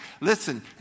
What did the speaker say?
Listen